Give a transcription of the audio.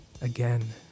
again